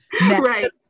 Right